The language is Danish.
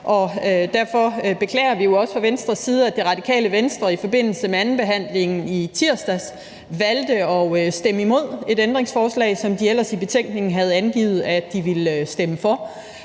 derfor beklager vi jo også fra Venstres side, at Radikale Venstre i forbindelse med andenbehandlingen i tirsdags valgte at stemme imod et ændringsforslag, som de ellers i betænkningen havde angivet at de ville stemme for.